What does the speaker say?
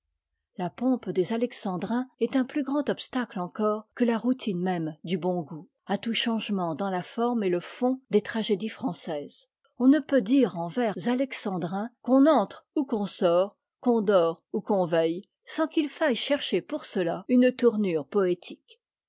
la pompe des alexandrins est un plus grand obstacle encore que la routine même du bon goût à tout changement dans la forme et le fond des tragédies françaises on ne peut dire en vers alexandrins qu'on entre ou qu'on sort qu'on dort ou qu'on veille sans qu'il faille chercher pour cela une tournure poétique